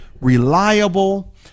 reliable